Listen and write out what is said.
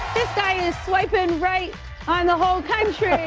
this guy is swipin' right on the whole country.